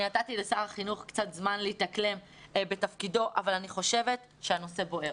אני נתתי לשר החינוך קצת זמן להתאקלם בתפקידו אבל אני חושבת שהנושא בוער